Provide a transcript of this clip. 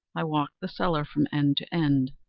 i walked the cellar from end to end.